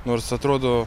nors atrodo